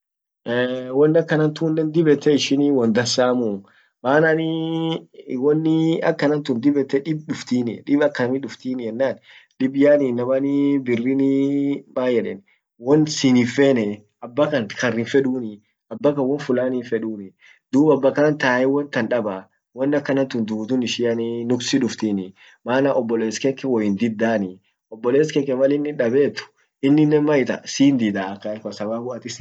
won akkanantunnen dib ete ishinii won dansamuu manani woni akanantun dib ette dib duftini dib akkami duftini ennan dib yaani inammani birrini maan yeden wonsin hinfenee abbakan kar hinfeduni abbakan won fulani hinfeduni dub abakkan tae won tan dabba won akanantun dudun isian nuksi duftinii maana oboleske woin diddani oboles kenke malinin dabet inninen maita sindida sababu atis hinfetuu inninen lazima sijibbaa.